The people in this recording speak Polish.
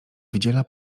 wydziela